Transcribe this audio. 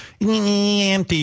Empty